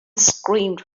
screamed